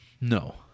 No